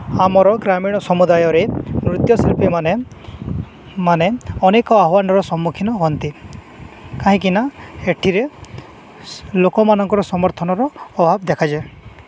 ଆମର ଗ୍ରାମୀଣ ସମୁଦାୟରେ ନୃତ୍ୟଶିଳ୍ପୀମାନେ ମାନେ ଅନେକ ଆହ୍ୱାନର ସମ୍ମୁଖୀନ ହୁଅନ୍ତି କାହିଁକିନା ଏଠିରେ ଲୋକମାନଙ୍କର ସମର୍ଥନର ଅଭାବ ଦେଖାଯାଏ